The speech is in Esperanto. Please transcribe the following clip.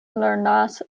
lernas